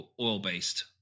oil-based